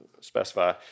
specify